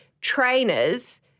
trainers